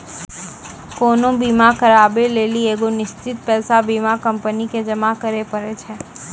कोनो बीमा कराबै लेली एगो निश्चित पैसा बीमा कंपनी के जमा करै पड़ै छै